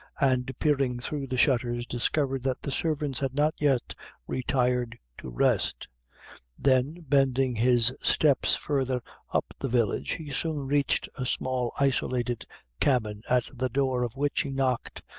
and peering through the shutters, discovered that the servants had not yet retired to rest then bending his steps further up the village, he soon reached a small isolated cabin, at the door of which he knocked,